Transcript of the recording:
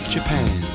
Japan